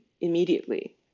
immediately